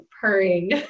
purring